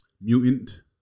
mutant